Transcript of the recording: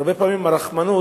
הרבה פעמים רחמנות